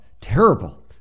terrible